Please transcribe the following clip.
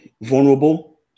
Vulnerable